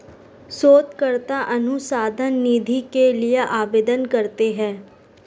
शोधकर्ता अनुसंधान निधि के लिए आवेदन करते हैं